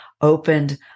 opened